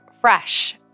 fresh